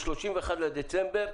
ב-31 בדצמבר,